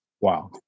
Wow